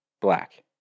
Black